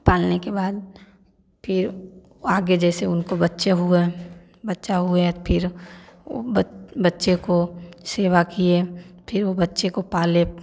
पालने के बाद फिर आगे जैसे उनको बच्चे हुए बच्चा हुआ फिर वो बच बच्चे को सेवा किए फिर वो बच्चे को पाले